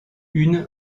une